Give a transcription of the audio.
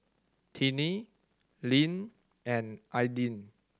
Tinnie Linn and Aidyn